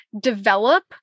develop